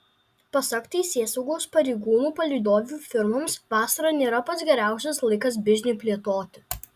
pasak teisėsaugos pareigūnų palydovių firmoms vasara nėra pats geriausias laikas bizniui plėtoti